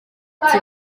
ati